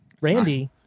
Randy